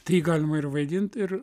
tai galima ir vaidint ir